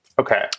Okay